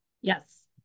Yes